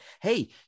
Hey